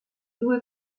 due